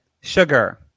sugar